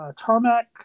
Tarmac